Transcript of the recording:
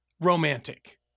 romantic